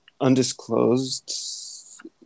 undisclosed